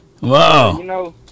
Wow